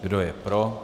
Kdo je pro?